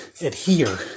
adhere